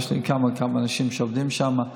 הייתה שם הצלחה גדולה מאוד.